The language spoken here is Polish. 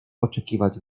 oczekiwać